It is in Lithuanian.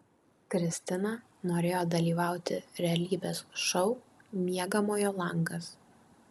kristina norėjo dalyvauti realybės šou miegamojo langas